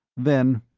then,